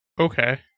okay